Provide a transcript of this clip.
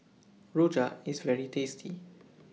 Rojak IS very tasty